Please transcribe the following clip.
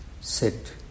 sit